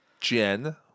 Jen